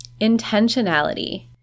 Intentionality